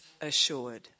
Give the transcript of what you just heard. assured